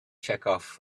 chekhov